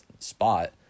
spot